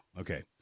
Okay